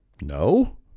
No